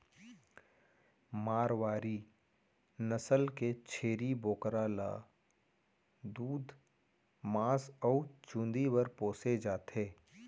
मारवारी नसल के छेरी बोकरा ल दूद, मांस अउ चूंदी बर पोसे जाथे